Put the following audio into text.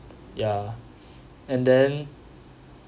ya and then